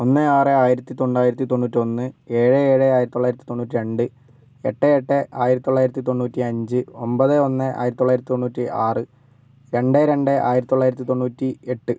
ഒന്ന് ആറ് ആയിരത്തിത്തൊണ്ടായിരത്തി തൊണ്ണൂറ്റൊന്ന് ഏഴ് ഏഴ് ആയിരത്തിത്തൊള്ളായിരത്തി തൊണ്ണൂറ്റി രണ്ട് എട്ട് എട്ട് ആയിരത്തിത്തൊള്ളായിരത്തി തൊണ്ണൂറ്റി അഞ്ച് ഒമ്പത് ഒന്ന് ആയിരത്തിത്തൊള്ളായിരത്തി തൊണ്ണൂറ്റി ആറ് രണ്ട് രണ്ട് ആയിരത്തിത്തൊള്ളായിരത്തി തൊണ്ണൂറ്റി എട്ട്